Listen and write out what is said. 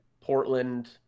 Portland